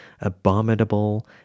abominable